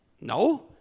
No